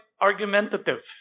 argumentative